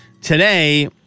Today